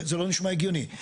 וזה לא נשמע הגיוני.